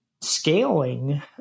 scaling